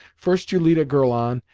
first you lead a girl on,